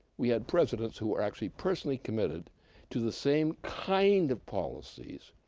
we had presidents who were actually personally committed to the same kind of policies,